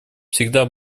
всегда